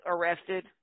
arrested